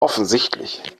offensichtlich